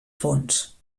fons